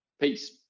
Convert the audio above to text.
Peace